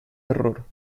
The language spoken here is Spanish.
error